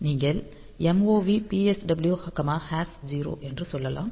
நீங்கள் MOV psw 0 என சொல்லலாம்